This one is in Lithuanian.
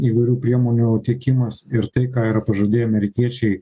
įvairių priemonių tiekimas ir tai ką yra pažadėję amerikiečiai